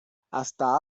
hasta